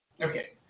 Okay